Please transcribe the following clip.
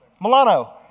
Milano